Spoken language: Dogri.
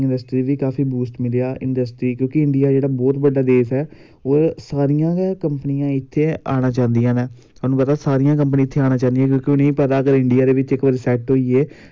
केह् करदे पैसे जेह्ड़े पिच्छुंआ आए दे होंदे ओह् आपू गै खाई लैंदे नै ते बच्चे अग्गैं किश नी मिलदा फिर बच्चा चलो कोई नी बच्चे गी खेलना कन्नै होंदा बच्चेई मेन बच्चा पैसे पूसे दा भुक्खा नी होंदा ऐ ओहियो गल्ल ऐ